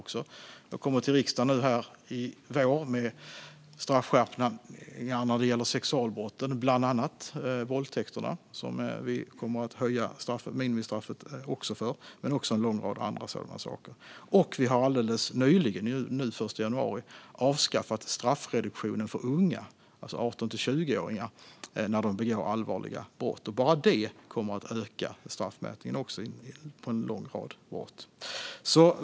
Jag kommer till riksdagen i vår med förslag på straffskärpningar för sexualbrott. Bland annat kommer vi att höja minimistraffet för våldtäkt. En lång rad annat kommer också. Helt nyligen, den 1 januari, avskaffades också straffreduktionen för unga, alltså 18-20-åringar, som begått allvarliga brott. Bara det kommer att öka straffmätningen i en lång rad brott.